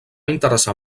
interessar